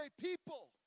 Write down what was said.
people